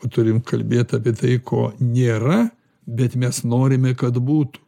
o turim kalbėt apie tai ko nėra bet mes norime kad būtų